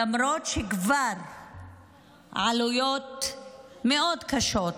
למרות שעלויות מאוד קשות,